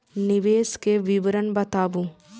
निवेश के विवरण बताबू?